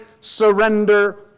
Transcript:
surrender